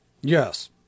Yes